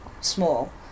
small